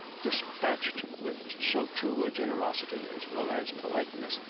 despatched with so true a generosity, as well as politeness,